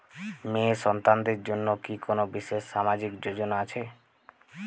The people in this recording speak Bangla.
মেয়ে সন্তানদের জন্য কি কোন বিশেষ সামাজিক যোজনা আছে?